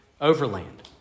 overland